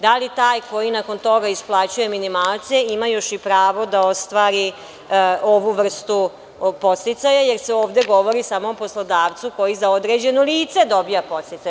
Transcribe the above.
Dakle, da li taj, koji nakon toga isplaćuje minimalce, ima još i pravo da ostvari ovu vrstu podsticaja, jer se ovde govori samo o poslodavcu koji za određeno lice dobija podsticaje?